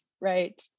right